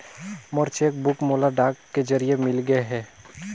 मोर cheque book मोला डाक के जरिए मिलगे हे